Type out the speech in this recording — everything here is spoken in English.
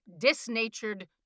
disnatured